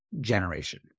generation